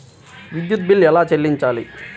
విద్యుత్ బిల్ ఎలా చెల్లించాలి?